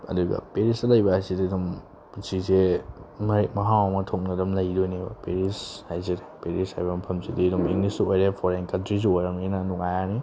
ꯑꯗꯨꯒ ꯄꯦꯔꯤꯁꯇ ꯂꯩꯕ ꯍꯥꯏꯁꯤꯗꯤ ꯑꯗꯨꯝ ꯄꯨꯟꯁꯤꯁꯦ ꯃꯔꯦꯛ ꯃꯍꯥꯎ ꯑꯃ ꯊꯣꯛꯅ ꯑꯗꯨꯝ ꯂꯩꯗꯣꯏꯅꯦꯕ ꯄꯦꯔꯤꯁ ꯍꯥꯏꯁꯤꯗꯤ ꯄꯦꯔꯤꯁ ꯍꯥꯏꯕ ꯃꯐꯝꯁꯤꯗꯤ ꯑꯗꯨꯝ ꯏꯪꯂꯤꯁꯁꯨ ꯑꯣꯏꯔꯦ ꯐꯣꯔꯦꯟ ꯀꯟꯇ꯭ꯔꯤꯁꯨ ꯑꯣꯏꯔꯕꯅꯤꯅ ꯅꯨꯡꯉꯥꯏꯔꯅꯤ